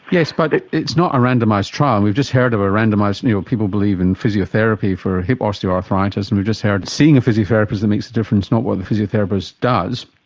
yes, but it's not a randomised trial. and we've just heard of a randomised, you know, people believe in physiotherapy for hip osteoarthritis and we've just heard it's seeing a physiotherapist that makes a difference, not what the physiotherapist does.